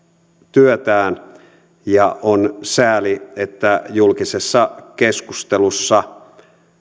työtään ja on sääli että julkisessa keskustelussa